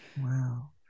Wow